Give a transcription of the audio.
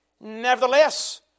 Nevertheless